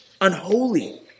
unholy